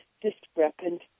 discrepant